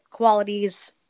qualities